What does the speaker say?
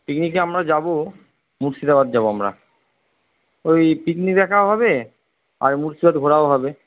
পিকনিকে আমরা যাব মুর্শিদাবাদ যাব আমরা ওই পিকনিক দেখাও হবে আর মুর্শিদাবাদ ঘোরাও হবে